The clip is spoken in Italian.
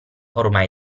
ormai